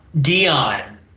Dion